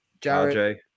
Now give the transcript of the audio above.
Jared